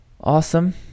Awesome